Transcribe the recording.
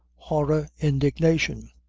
horror, indignation.